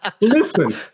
Listen